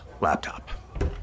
laptop